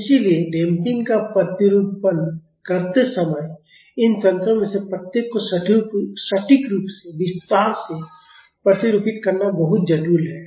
इसलिए डैम्पिंग का प्रतिरूपण करते समय इन तंत्रों में से प्रत्येक को सटीक रूप से विस्तार से प्रतिरूपित करना बहुत जटिल है